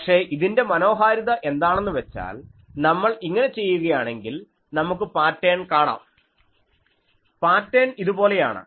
പക്ഷേ ഇതിൻറെ മനോഹാരിത എന്താണെന്ന് വെച്ചാൽ നമ്മൾ ഇങ്ങനെ ചെയ്യുകയാണെങ്കിൽ നമുക്ക് പാറ്റേൺ കാണാം പാറ്റേൺ ഇതുപോലെയാണ്